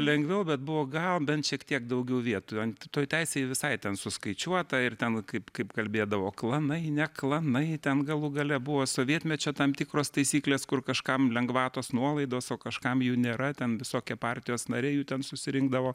lengviau bet buvo gal bent šiek tiek daugiau vietų ant to teisė visai ten suskaičiuota ir ten kaip kaip kalbėdavo klanai ne klanai ten galų gale buvo sovietmečio tam tikros taisyklės kur kažkam lengvatos nuolaidos o kažkam jų nėra ten visokie partijos nariai jų ten susirinkdavo